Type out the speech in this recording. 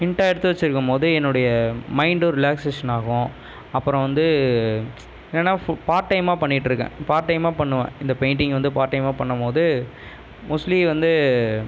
ஹின்ட்டாக எடுத்து வச்சுருக்கும் போது என்னுடைய மைண்டும் ரிலாக்ஸேஷன் ஆகும் அப்புறம் வந்து என்னென்னா ஃபு பார்ட்டைமாக பண்ணிட்டிருக்கேன் பார்ட்டைமாக பண்ணுவேன் இந்த பெயிண்ட்டிங்கை வந்து பார்ட்டைமாக பண்ணும் போது மோஸ்ட்லி வந்து